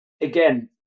again